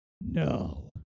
no